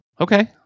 okay